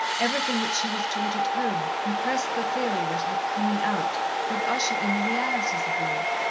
everything that she was taught at home impressed the theory that her coming out would usher in the realities of life,